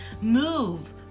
move